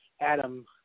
Adam